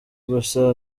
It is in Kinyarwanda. gusa